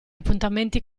appuntamenti